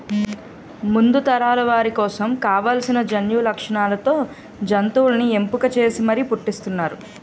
ముందు తరాల వారి కోసం కావాల్సిన జన్యులక్షణాలతో జంతువుల్ని ఎంపిక చేసి మరీ పుట్టిస్తున్నారు